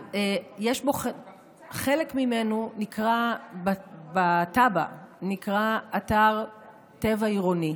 חלק ממנו נקרא בתב"ע אתר טבע עירוני,